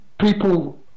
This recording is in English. people